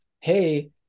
hey